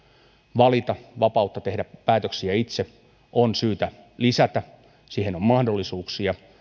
valita tehdä päätöksiä itse on syytä lisätä siihen on mahdollisuuksia